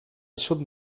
should